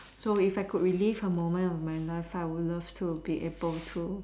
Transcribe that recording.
so if I could relive a moment of my life I would love to be able to